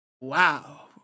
wow